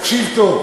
תקשיב טוב.